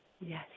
Yes